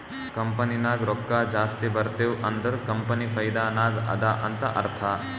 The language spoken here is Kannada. ಕಂಪನಿ ನಾಗ್ ರೊಕ್ಕಾ ಜಾಸ್ತಿ ಬರ್ತಿವ್ ಅಂದುರ್ ಕಂಪನಿ ಫೈದಾ ನಾಗ್ ಅದಾ ಅಂತ್ ಅರ್ಥಾ